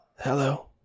hello